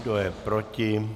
Kdo je proti?